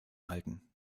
halten